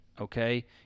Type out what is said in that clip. okay